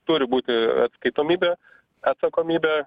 turi būti atskaitomybė atsakomybė